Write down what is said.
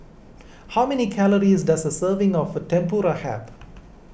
how many calories does a serving of Tempura have